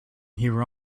here